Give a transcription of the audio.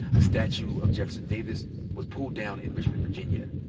a statue of jefferson davis was pulled down in richmond, virginia.